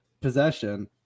possession